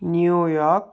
New York